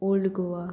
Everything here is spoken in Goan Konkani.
ओल्ड गोवा